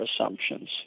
assumptions